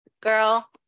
Girl